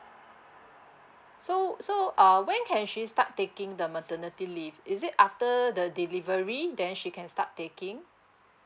so so err when can she start taking the maternity leave is it after the delivery then she can start taking